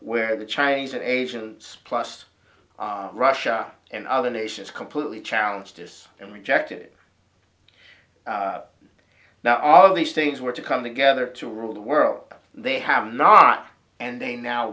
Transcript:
where the chinese and asians plus russia and other nations completely challenge this and reject it not all of these things were to come together to rule the world they have not and they now